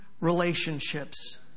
Relationships